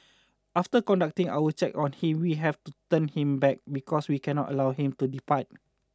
after conducting our check on him we have to turn him back because we cannot allow him to depart